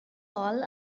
all